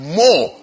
more